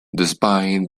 despite